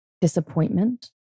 disappointment